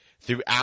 throughout